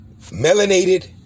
Melanated